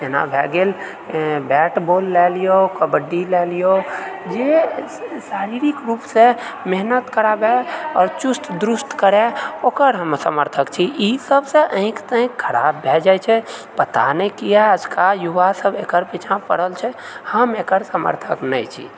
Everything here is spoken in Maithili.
जेना भए गेल बैट बॉल लए लिअऽ कबड्डी लए लिअऽ जे शारीरिक रूपसँ मेहनत कराबे आओर चुस्त दुरुस्त करए ओकर हम समर्थक छी ई सबसँ आँखि ताँखि खराब भए जाइत छै पता नहि किआ आजका युवा सब एकर पीछाँ पड़ल छै हम एकर समर्थक नहि छी